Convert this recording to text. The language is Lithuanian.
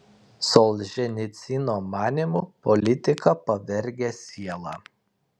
solženicyno manymu politika pavergia sielą